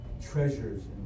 treasures